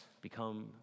become